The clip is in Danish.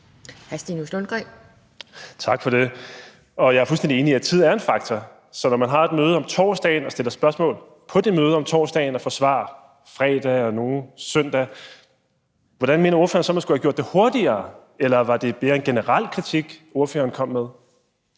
Tak for det. Jeg er fuldstændig enig i, at tid er en faktor, så når man har et møde om torsdagen og stiller spørgsmål på det møde om torsdagen og får svar henholdsvis fredag og søndag, hvordan mener ordføreren så at man skulle have gjort det hurtigere? Eller var det mere en generel kritik, ordføreren kom med?